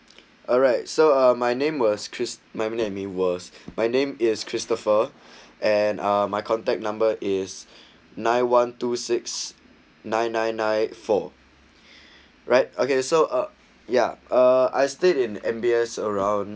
alright so uh my name was chris marmalad worse by name is christopher and uh my contact number is nine one two six nine nine nine four right okay so uh yeah uh I stayed in M_B_S around